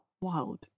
wild